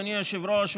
אדוני היושב-ראש,